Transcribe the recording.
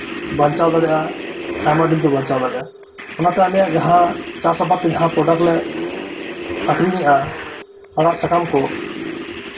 ᱵᱟᱧᱪᱟᱣ ᱫᱟᱲᱮᱭᱟᱜᱼᱟ ᱟᱭᱢᱟ ᱫᱤᱱᱯᱮ ᱵᱟᱧᱪᱟᱣ ᱫᱟᱲᱮᱭᱟᱜᱼᱟ ᱚᱱᱟᱛᱮ ᱟᱞᱮᱭᱟᱜ ᱪᱟᱥ ᱟᱵᱟᱫᱽ ᱛᱮ ᱡᱟᱦᱟᱸ ᱯᱨᱚᱰᱟᱠᱴ ᱞᱮ ᱟᱠᱷᱨᱤᱧ ᱮᱫᱼᱟ ᱟᱲᱟᱜ ᱥᱟᱠᱟᱢ ᱠᱚ